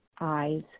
eyes